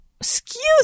Excuse